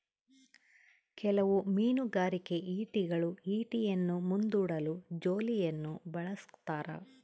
ಕೆಲವು ಮೀನುಗಾರಿಕೆ ಈಟಿಗಳು ಈಟಿಯನ್ನು ಮುಂದೂಡಲು ಜೋಲಿಯನ್ನು ಬಳಸ್ತಾರ